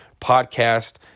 podcast